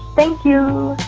thank you